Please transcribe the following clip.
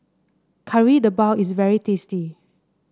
Kari Debal is very tasty